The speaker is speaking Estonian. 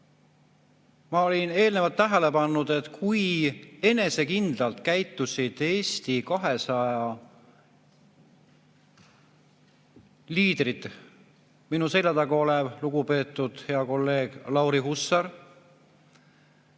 ma olin eelnevalt tähele pannud, kui enesekindlalt käitusid Eesti 200 liidrid, minu selja taga olev lugupeetud hea kolleeg Lauri Hussar